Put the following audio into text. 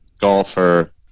golfer